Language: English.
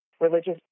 Religious